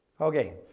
Okay